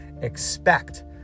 expect